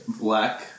black